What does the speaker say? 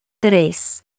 Tres